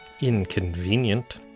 inconvenient